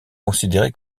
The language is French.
considéré